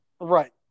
Right